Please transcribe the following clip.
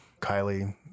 Kylie